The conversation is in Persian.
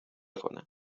کنن